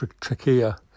trachea